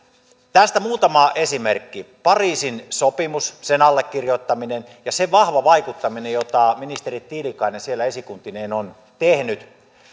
tästä muutama esimerkki pariisin sopimus sen allekirjoittaminen ja se vahva vaikuttaminen jota ministeri tiilikainen siellä esikuntineen on tehnyt